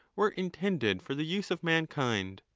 were in tended for the use of mankind,